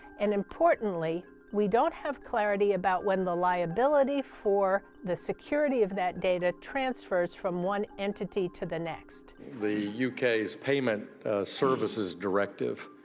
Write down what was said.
and importantly, we don't have clarity about when the liability for the security of that data transfers from one entity to the next. the uk's payment services directive,